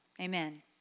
Amen